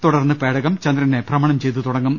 തുടർന്ന് പ്ടേകം ചന്ദ്രനെ ഭ്രമണം ചെയ്തു തുടങ്ങും